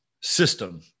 system